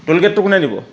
টোলগেটটো কোনে দিব